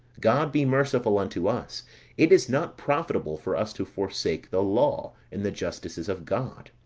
god be merciful unto us it is not profitable for us to forsake the law, and the justices of god